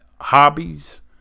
hobbies